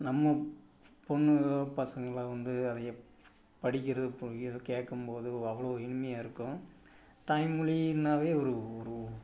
நம்ம பொண்ணோ பசங்களோ வந்து அதை படிக்கிறப்போ இதை கேட்கும்போது அவ்வளோ இனிமையாக இருக்கும் தாய்மொழின்னாவே ஒரு ஒரு